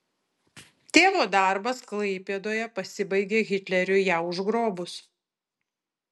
tėvo darbas klaipėdoje pasibaigė hitleriui ją užgrobus